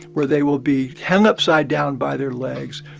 where they will be hung upside down by their legs,